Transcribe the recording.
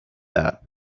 that